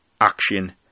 action